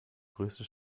größte